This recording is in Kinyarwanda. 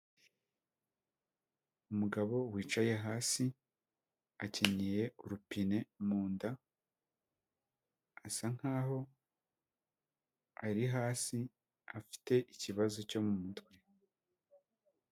Umugabo wicaye hasi akenyeye urupine mu nda, asa nkaho ari hasi, afite ikibazo cyo mu mutwe.